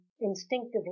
instinctively